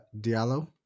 Diallo